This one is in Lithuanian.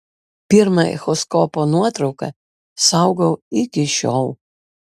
pirmą echoskopo nuotrauką saugau iki šiol